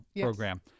program